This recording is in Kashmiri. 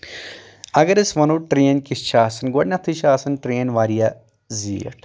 اَگر أسۍ وَنو ٹرین کِس چھِ آسان گۄڈٕنیٚتھٕے چھےٚ آسان ٹرین واریاہ زیٖٹھ